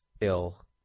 ill